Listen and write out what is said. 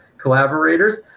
collaborators